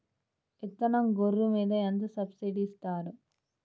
విత్తనం గొర్రు మీద ఎంత సబ్సిడీ ఇస్తారు?